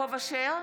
יעקב אשר,